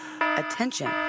Attention